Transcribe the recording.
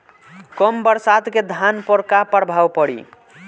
कम बरसात के धान पर का प्रभाव पड़ी?